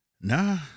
Nah